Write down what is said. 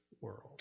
world